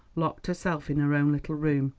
locked herself in her own little room,